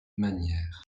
manière